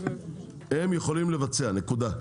הם יכולים לבצע, נקודה.